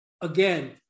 again